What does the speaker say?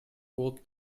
both